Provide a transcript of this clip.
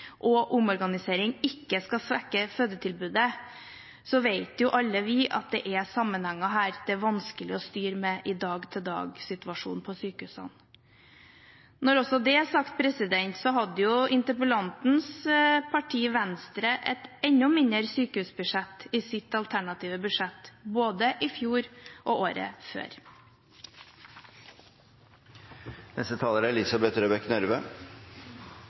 og omorganisering ikke skal svekke fødetilbudet, vet alle vi at det er sammenhenger her som det er vanskelig å styre i dag-til-dag-situasjonen på sykehusene. Når det er sagt, hadde jo interpellantens parti, Venstre, et enda mindre sykehusbudsjett i sitt alternative budsjett både i fjor og året før. En god svangerskapsomsorg, med nær oppfølging i barseltiden og et trygt fødetilbud, er